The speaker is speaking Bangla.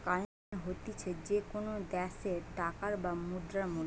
কারেন্সী মানে হতিছে যে কোনো দ্যাশের টাকার বা মুদ্রার মূল্য